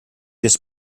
this